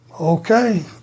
Okay